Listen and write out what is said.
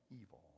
evil